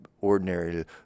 ordinary